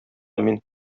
мин